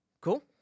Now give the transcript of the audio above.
Cool